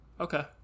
Okay